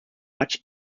much